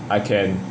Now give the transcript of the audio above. I can